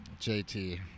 JT